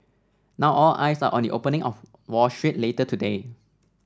now all eyes are on the opening on Wall Street later today